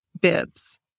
bibs